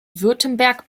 württemberg